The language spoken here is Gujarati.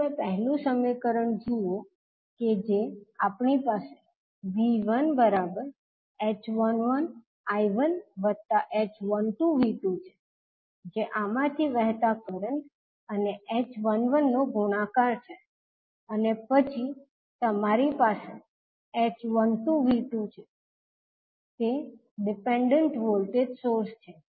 જો તમે પહેલું સમીકરણ જુઓ કે જે આપણી પાસે 𝐕𝟏 h11I1h12V2 છે જે આમાંથી વહેતા કરંટ અને h11 નો ગુણાકાર છે અને પછી તમારી પાસે h12V2 છે તે ડિપેન્ડન્ટ વોલ્ટેજ સોર્સ છે